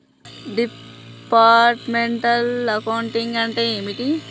Departmental accounting అంటే ఏమిటి?